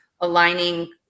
aligning